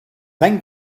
then